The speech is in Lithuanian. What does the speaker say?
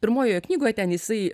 pirmojoje knygoje ten jisai